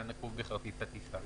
ולחלופין "15 בספטמבר".